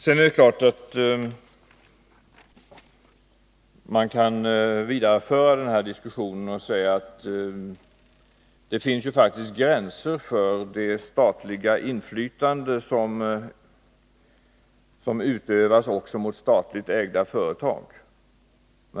Sedan är det klart att man kan föra den här diskussionen vidare och säga att det faktiskt finns gränser för det statliga inflytande som utövas också över statligt ägda företag.